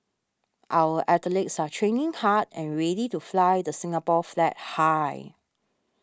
our athletes are training hard and ready to fly the Singapore flag high